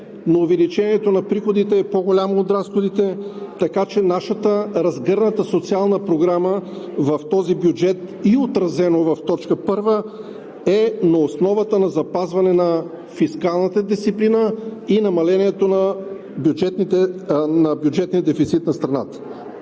но увеличението на приходите е по-голямо от разходите, така че нашата разгърната социална програма в този бюджет и отразено в т. 1 е на основата на запазване на фискалната дисциплина и намалението на бюджетния дефицит на страната.